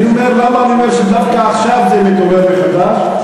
אני אומר: למה אני אומר שדווקא עכשיו זה מתעורר מחדש?